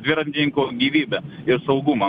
dviratininko gyvybę ir saugumą